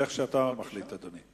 איך שאתה מחליט, אדוני.